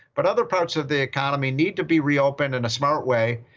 but other parts of the economy need to be reopened in a smart way,